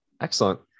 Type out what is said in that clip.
Excellent